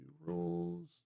rules